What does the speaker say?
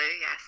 yes